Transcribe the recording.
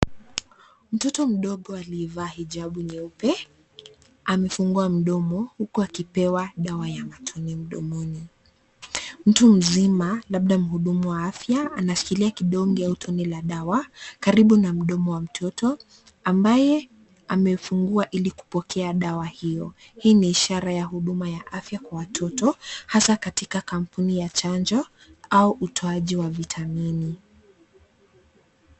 Mtoto mdogo aliyevaa hijabu nyeupe amefungua mdogo huku akipewa dawa ya matone mdomoni. Mtu mzima labda mhudumu wa afya anashikilia kidonge au tone la dawa karibu na mdomo wa mtoto ambaye amefungua ili kupokea dawa hio. Hii ni ishara ya huduma ya afya kwa watoto hasa katika kampuni ya chanjo au utoaji wa vitamini.